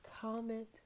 comment